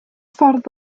ffordd